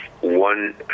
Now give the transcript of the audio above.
one